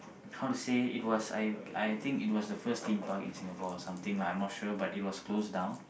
how to say it was I I think it was the first Theme-Park in Singapore or something lah I'm not sure but it was closed down